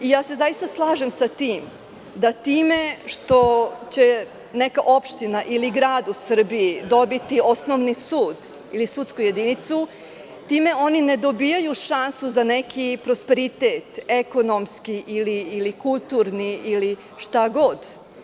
Zaista se slažem sa tim da time što će neka opština ili grad u Srbiji dobiti osnovni sud ili sudsku jedinicu, time oni ne dobijaju šansu za neki prosperitet ekonomski ili kulturni, ili šta god.